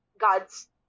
God's